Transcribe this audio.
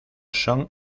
son